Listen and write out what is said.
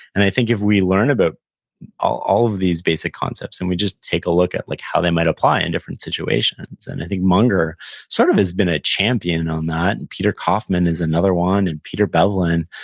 and i think if we learn about all all of these basic concepts and we just take a look at like how they might apply in different situations, and, i think munger sort of has been a champion on that. peter kaufman is another one and peter bevelin.